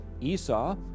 Esau